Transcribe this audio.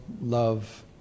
love